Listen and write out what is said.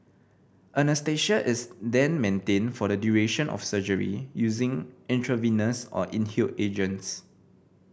anaesthesia is then maintained for the duration of surgery using intravenous or inhaled agents